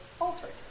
altered